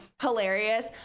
hilarious